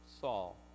Saul